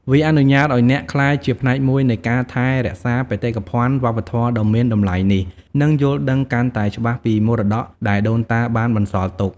វាអនុញ្ញាតឱ្យអ្នកក្លាយជាផ្នែកមួយនៃការថែរក្សាបេតិកភណ្ឌវប្បធម៌ដ៏មានតម្លៃនេះ និងយល់ដឹងកាន់តែច្បាស់ពីមរតកដែលដូនតាបានបន្សល់ទុក។